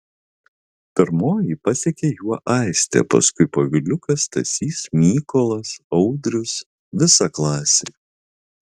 pirmoji pasekė juo aistė paskui poviliukas stasys mykolas audrius visa klasė